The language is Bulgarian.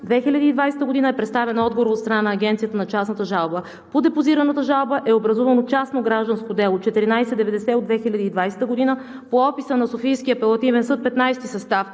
2020 г. е представен отговор от страна на Агенцията на частната жалба. По депозираната жалба е образувано частно гражданско дело 14-90 от 2020 г. по описа на Софийския апелативен съд, XV състав.